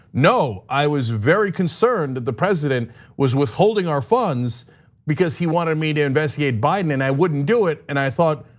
no, i was very concerned that the president was withholding our funds because he wanted me to investigate biden and i wouldn't do it, and i thought,